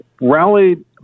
rallied